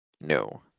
no